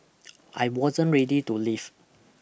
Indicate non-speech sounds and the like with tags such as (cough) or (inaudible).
(noise) I wasn't ready to leave